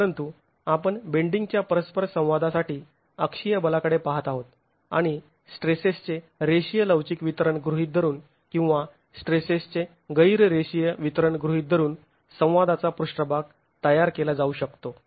परंतु आपण बेंडींगच्या परस्पर संवादासाठी अक्षीय बलाकडे पाहत आहोत आणि स्ट्रेसेसचे रेषीय लवचिक वितरण गृहीत धरून किंवा स्ट्रेसेसचे गैर रेषीय वितरण गृहीत धरून संवादाचा पृष्ठभाग तयार केला जाऊ शकतो